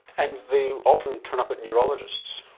and they often turn up at neurologists.